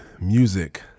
music